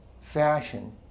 fashion